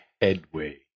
headway